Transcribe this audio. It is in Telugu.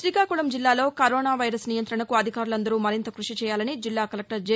గ్రతీకాకుళం జిల్లాలో కరోనా వైరస్ నియంత్రణకు అధికారులందరూ మరింత కృషి చేయాలని జిల్లా కలెక్టర్ జె